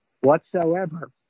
whatsoever